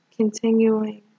continuing